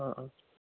ആ ആ